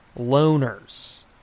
loners